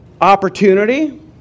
opportunity